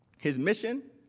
his mission,